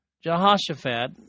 Jehoshaphat